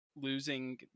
losing